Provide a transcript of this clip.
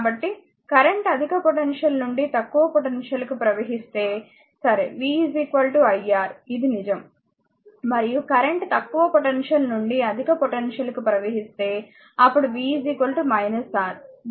కాబట్టి కరెంట్ అధిక పొటెన్షియల్ నుండి తక్కువ పొటెన్షియల్ కు ప్రవహిస్తే సరే v iR ఇది నిజం మరియు కరెంట్ తక్కువ పొటెన్షియల్ నుండి అధిక పొటెన్షియల్ కు ప్రవహిస్తే అప్పుడు v R